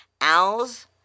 Owls